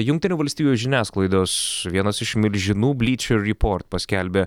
jungtinių valstijų žiniasklaidos vienas iš milžinų blyčiur ryport paskelbė